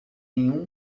nenhum